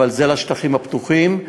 אבל זה לשטחים הפתוחים.